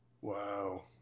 Wow